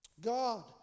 God